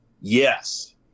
yes